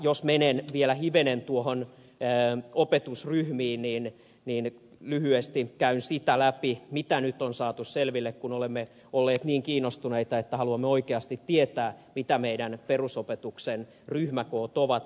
jos menen vielä hivenen opetusryhmiin niin lyhyesti käyn sitä läpi mitä nyt on saatu selville kun olemme olleet niin kiinnostuneita että haluamme oikeasti tietää mitä meidän perusopetuksemme ryhmäkoot ovat